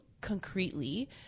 concretely